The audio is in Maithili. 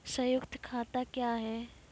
संयुक्त खाता क्या हैं?